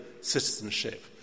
citizenship